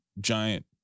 giant